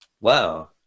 wow